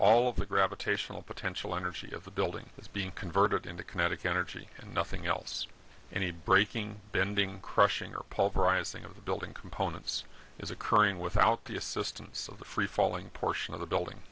all of the gravitational potential energy of the building is being converted into kinetic energy and nothing else any breaking bending crushing or pulverizing of the building components is occurring without the assistance of the free falling portion of the building